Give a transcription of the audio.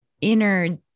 inner